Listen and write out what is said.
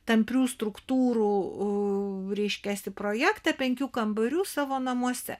tamprių struktūrų reiškiasi projektą penkių kambarių savo namuose